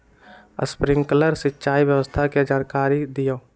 Sprinkler सिंचाई व्यवस्था के जाकारी दिऔ?